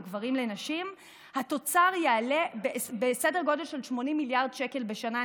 גברים לנשים התוצר יעלה בסדר גודל של 80 מיליארד שקל בשנה.